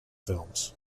shorts